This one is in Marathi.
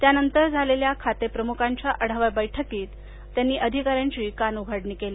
त्यानंतर झालेल्या खातेप्रमुखांच्या आढावा बैठकीत त्यांनी अधिकाऱ्यांची कानउघाडणी केली